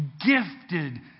gifted